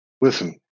Listen